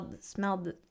smelled